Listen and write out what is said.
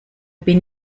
bin